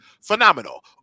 phenomenal